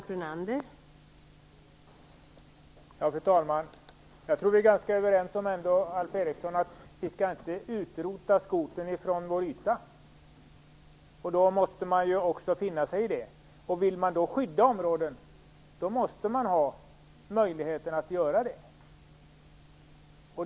Fru talman! Jag tror ändå, Alf Eriksson, att vi är ganska överens om att vi inte skall utrota skotern från jordens yta. Vill man skydda områden, måste man ha möjlighet att göra det.